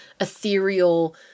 ethereal